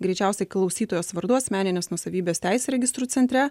greičiausiai klausytojos vardu asmeninės nuosavybės teise registrų centre